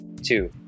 Two